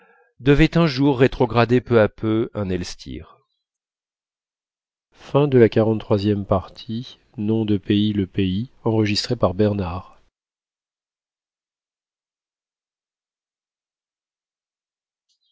devait un jour rétrograder peu à peu un elstir